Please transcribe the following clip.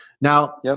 Now